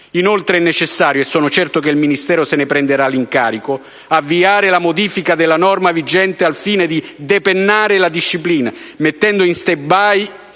Inoltre, è necessario - e sono certo che il Ministero se ne prenderà l'incarico - avviare la modifica della norma vigente al fine di depennare la disciplina, mettendo in *stand